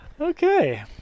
Okay